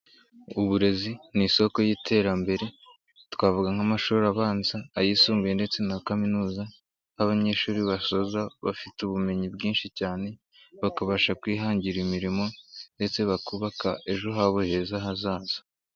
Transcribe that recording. Uburezi ni isoko y'iterambere twavuga nk'amashuri abanza, ayisumbuye ndetse na kaminuza aho abanyeshuri basoza bafite ubumenyi bwinshi cyane bakabasha kwihangira imirimo ndetse bakubaka ejo habo heza hazaza.